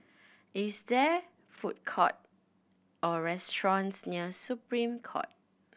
is there food court or restaurants near Supreme Court